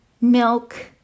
milk